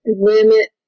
limit